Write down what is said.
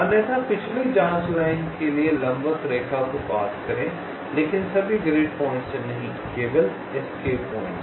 अन्यथा पिछली जांच लाइन के लिए लंबवत रेखा को पास करें लेकिन सभी ग्रिड पॉइंट्स से नहीं केवल एस्केप पॉइंट्स से